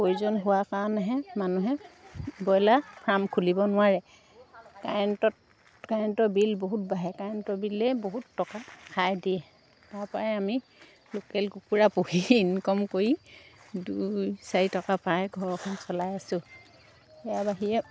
প্ৰয়োজন হোৱা কাৰণেহে মানুহে ব্ৰইলাৰ ফাৰ্ম খুলিব নোৱাৰে কাৰেণ্টত কাৰেণ্টৰ বিল বহুত বাঢ়ে কাৰেণ্টৰ বিলেই বহুত টকা খাই দিয়ে তাৰপাই আমি লোকেল কুকুৰা পুহি ইনকাম কৰি দুই চাৰি টকা পায় ঘৰখন চলাই আছোঁ ইয়াৰ বাহিৰে